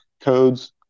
codes